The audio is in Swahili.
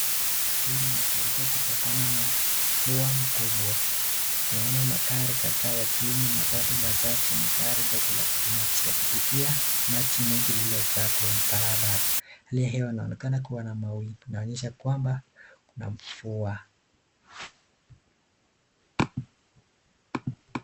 Hii ni mafuliko kutokana na mvua kubwa ,tunaona magari kadhaa yakiwemo matatu machache na gari ndogo la kibinafsi yakipitia maji mengi lililojaa kwenye barabara eneo hili linaonekana kuwa na mawingu inaonyeshana kwamba kuna mvua.